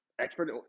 expert